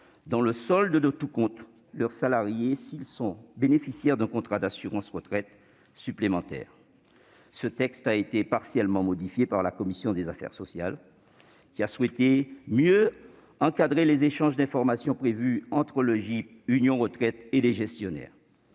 travers du solde de tout compte, leurs salariés s'ils sont bénéficiaires d'un contrat d'assurance retraite supplémentaire. Ce texte a été partiellement modifié par la commission des affaires sociales, qui a souhaité mieux encadrer les échanges d'informations prévus entre le GIP Union Retraite et les gestionnaires.